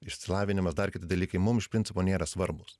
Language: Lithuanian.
išsilavinimas dar kiti dalykai mum iš principo nėra svarbūs